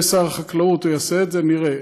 הוא יהיה שר החקלאות, הוא יעשה את זה, נראה.